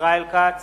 ישראל כץ,